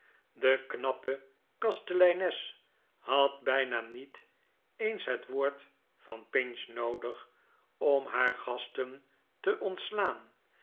de knappe kasteleines had bijna niet eens het woord van pinch noodig om haar gasten te ontslaan